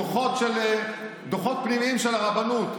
דוחות פנימיים של הרבנות,